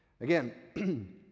Again